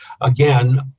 Again